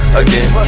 again